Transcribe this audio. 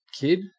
kid